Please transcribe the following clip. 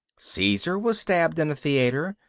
caesar was stabbed in a theater.